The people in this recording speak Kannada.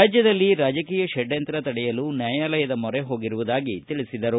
ರಾಜ್ಯದಲ್ಲಿ ರಾಜಕೀಯ ಷಡ್ಕಂತ್ರ ತಡೆಯಲು ನ್ಯಾಯಾಲಯದ ಮೊರೆ ಹೋಗಿರುವುದಾಗಿ ತಿಳಿಸಿದರು